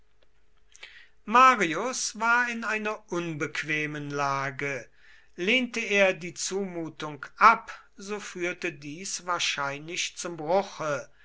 marius war in einer unbequemen lage lehnte er die zumutung ab so führte dies wahrscheinlich zum bruche